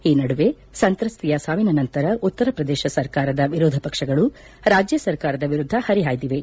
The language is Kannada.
ಈ ನಡುವೆ ಸಂತ್ರಸ್ತೆಯ ಸಾವಿನ ನಂತರ ಉತ್ತರಪ್ರದೇಶ ಸರ್ಕಾರದ ವಿರೋಧ ಪಕ್ಷಗಳು ರಾಜ್ಯ ಸರ್ಕಾರದ ವಿರುದ್ಧ ಪರಿಹಾಯ್ದಿವೆ